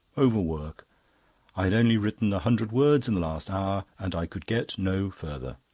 overwork i had only written a hundred words in the last hour, and i could get no further.